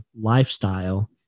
lifestyle